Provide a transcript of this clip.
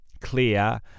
clear